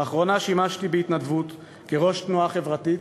לאחרונה שימשתי בהתנדבות כראש תנועה חברתית,